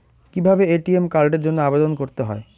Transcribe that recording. কিভাবে এ.টি.এম কার্ডের জন্য আবেদন করতে হয়?